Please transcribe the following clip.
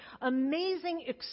amazing